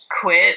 quit